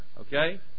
Okay